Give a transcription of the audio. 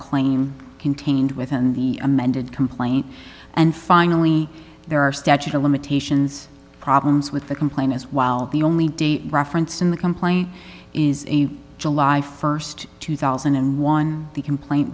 claim contained within the amended complaint and finally there are statute of limitations problems with the complaint is while the only date referenced in the complaint is a july st two thousand and one the complaint